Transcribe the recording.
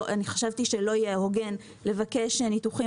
חשבתי שלא יהיה הוגן לבקש ניתוחים